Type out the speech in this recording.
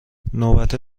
نوبت